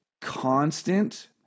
constant